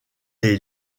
les